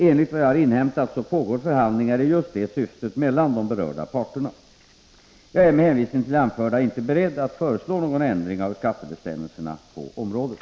Enligt vad jag har inhämtat pågår förhandlingar i just det syftet mellan de berörda parterna. Jag är med hänvisning till det anförda inte beredd att föreslå någon ändring av skattebestämmelserna på området.